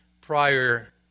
prior